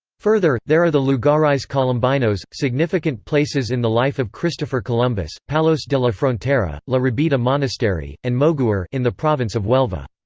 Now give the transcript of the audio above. further, there are the lugares colombinos, significant places in the life of christopher columbus palos de la frontera, la rabida monastery, and moguer in the province of huelva.